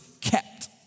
kept